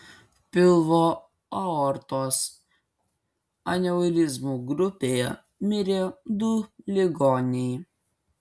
pilvo aortos aneurizmų grupėje mirė du ligoniai